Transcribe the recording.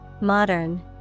Modern